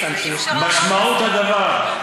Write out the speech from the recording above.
אי-אפשר, משמעות הדבר,